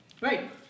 Right